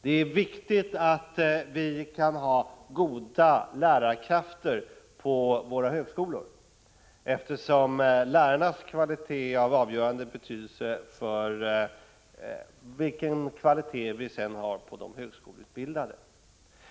Det är viktigt att vi kan behålla goda lärarkrafter vid våra högskolor, eftersom lärarnas kvalitet är av avgörande betydelse för den kvalitet vi sedan får på de högskoleutbildade.